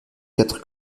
quatre